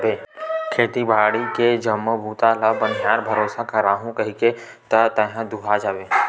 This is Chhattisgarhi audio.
खेती बाड़ी के जम्मो बूता ल बनिहार भरोसा कराहूँ कहिके त तेहा दूहा जाबे